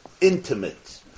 intimate